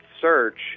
search